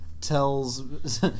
tells